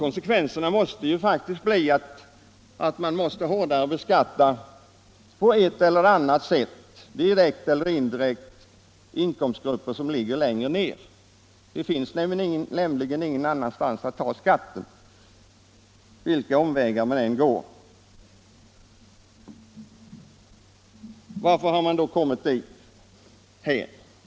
Konsekvenserna måste faktiskt bli att man på ett eller annat sätt, direkt eller indirekt, måste hårdare beskatta de grupper som ligger längre ned på inkomstskalan. Det finns nämligen ingen annanstans att ta den skatten, vilka omvägar man än går. Varför har man då kommit dithän?